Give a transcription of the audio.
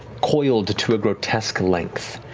coiled to to a grotesque length,